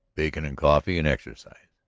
bacon and coffee and exercise.